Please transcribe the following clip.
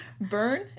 Burn